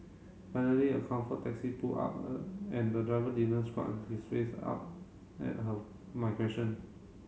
finally a Comfort taxi pulled up a and the driver didn't scrunch his face up at her my question